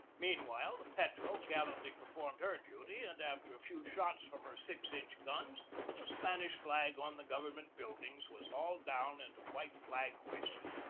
meanwhile, the petrel gal lantly performed her duty, and after a few shots from her six inch guns the spanish flag on the govern ment buildings was hauled down and a white flag hoisted.